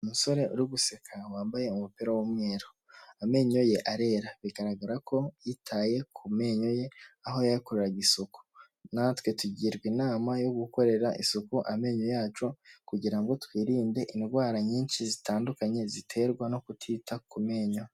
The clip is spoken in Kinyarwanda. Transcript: Umusore uri guseka wambaye umupira w'umweru, amenyo ye arera bigaragara ko yitaye ku menyo ye aho yayakoreraga isuku, natwe tugirwa inama yo gukorera isuku amenyo yacu kugira ngo twirinde indwara nyinshi zitandukanye ziterwa no kutita ku menyo.